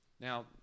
Now